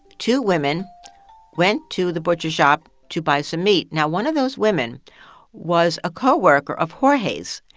two women went to the butcher shop to buy some meat. now, one of those women was a co-worker of jorge's,